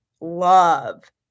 love